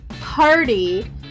party